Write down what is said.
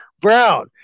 Brown